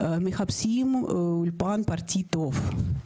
מחפשים אולפן פרטי טוב,